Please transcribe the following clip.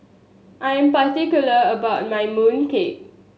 I'm particular about my mooncake